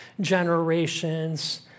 generations